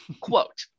Quote